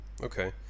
Okay